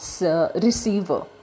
Receiver